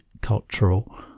cultural